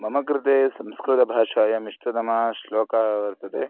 मम कृते संस्कृतभाषायाम् इष्टतमः श्लोकः वर्तते